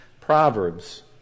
Proverbs